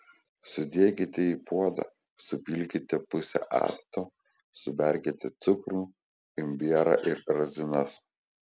sudėkite į puodą supilkite pusę acto suberkite cukrų imbierą ir razinas